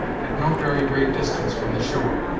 at no very great distance from the shore.